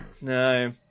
No